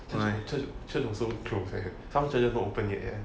church church church also closed eh some churches not open yet leh